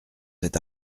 cet